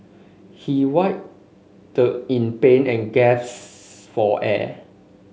he writhed in pain and for air